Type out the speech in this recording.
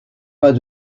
pas